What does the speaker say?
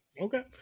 Okay